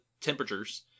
temperatures